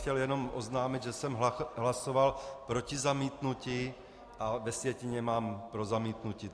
Chtěl bych jenom oznámit, že jsem hlasoval proti zamítnutí a ve sjetině mám pro zamítnutí.